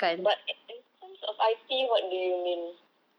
but in in terms of I_T what do you mean